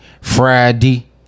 Friday